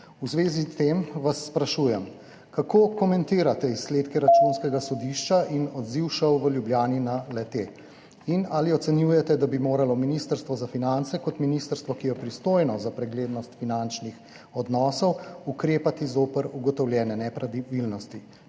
V zvezi s tem vas sprašujem: Kako komentirate izsledke Računskega sodišča in odziv ŠOU v Ljubljani na le-te? Ali ocenjujete, da bi moralo Ministrstvo za finance kot ministrstvo, ki je pristojno za preglednost finančnih odnosov, ukrepati zoper ugotovljene nepravilnosti?